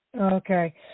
Okay